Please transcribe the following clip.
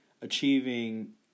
achieving